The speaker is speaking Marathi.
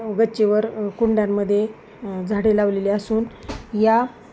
गच्चीवर कुंड्यांमध्ये झाडे लावलेले असून या